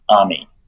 army